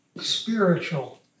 Spiritual